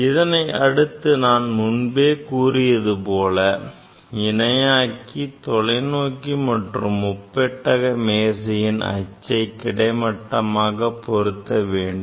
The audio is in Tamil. இதனை அடுத்து நான் முன்பே கூறியது போல இணையாக்கி தொலைநோக்கி மற்றும் முப்பட்டக மேசையின் அச்சை கிடைமட்டமாக பொருத்த வேண்டும்